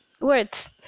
words